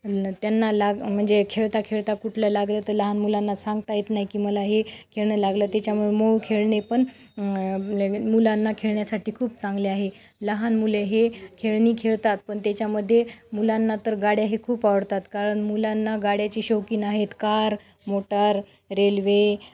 त्यांना लाग म्हणजे खेळता खेळता कुठलं लागलं तर लहान मुलांना सांगता येत नाही की मला हे खेळणं लागलं त्याच्यामुळे मऊ खेळणे पण मुलांना खेळण्यासाठी खूप चांगले आहे लहान मुले हे खेळणी खेळतात पण त्याच्यामध्ये मुलांना तर गाड्याही खूप आवडतात कारण मुलांना गाड्याची शौकीन आहेत कार मोटार रेल्वे